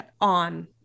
on